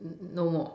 no more